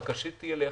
בקשתי אליך,